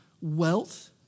wealth